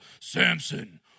Samson